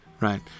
right